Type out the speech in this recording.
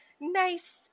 nice